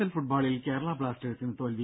L ഫുട്ബോളിൽ കേരള ബ്ലാസ്റ്റേഴ്സിന് തോൽവി